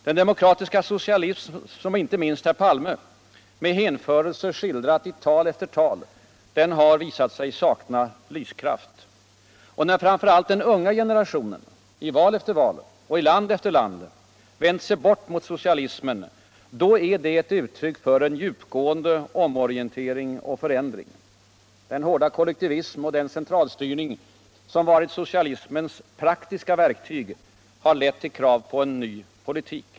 Den demokratiska socialism som inte minst herr Palme med hänförelse skildrat i tal efter tal har visat sig sakna lvskraft. När framför allt den unga generattonen I val efter val — och i laänd efter länd — vänder sig bort från soctalismen. då är det uuryck för en djupgående omortentering och förändring. Den hårda kollektivism och den centralstyrning som vartt soctalismens praktiska verktyg har lett ull krav på en ny poliuik.